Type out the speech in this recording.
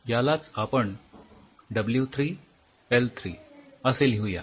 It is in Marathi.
यालाच आपण डब्ल्यू थ्री एल थ्री असे लिहू या